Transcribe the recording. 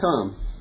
come